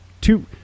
two